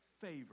Favor